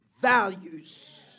values